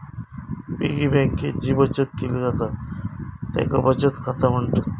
piggy बँकेत जी बचत केली जाता तेका बचत खाता म्हणतत